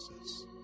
Jesus